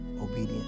obedient